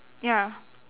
ya